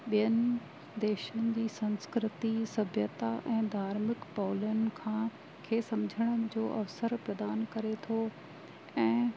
ॿियनि देशनि जी संस्कृती सभ्यता ऐं धार्मिक पौलियुन खां खे सम्झण जो अवसर प्रदान करे थो ऐं